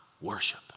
worship